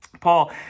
Paul